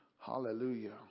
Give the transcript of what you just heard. Hallelujah